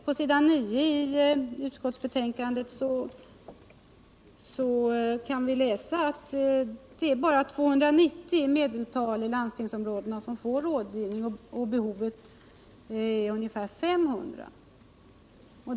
På s. 9 i utskottsbetänkandet kan vi läsa att medeltalet besök för rådgivning bara är 290 per landstingsområde och att behovet är ungefär 500.